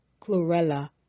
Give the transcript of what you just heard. chlorella